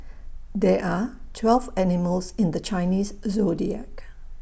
there are twelve animals in the Chinese Zodiac